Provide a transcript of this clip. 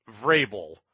Vrabel